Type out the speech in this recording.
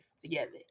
together